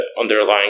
underlying